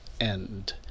end